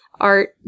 Art